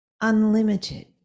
unlimited